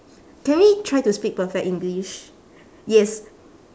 can we try to speak perfect english yes